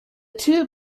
two